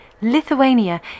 Lithuania